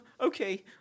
Okay